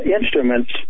instruments